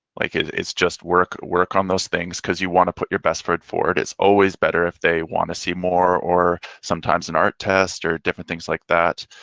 like it's just work, work on those things because you want to put your best foot forward. it's always better if they want to see more or sometimes an art test or different things like that.